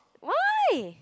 why